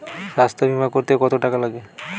স্বাস্থ্যবীমা করতে কত টাকা লাগে?